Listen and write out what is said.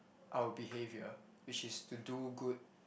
our behaviour which is to do good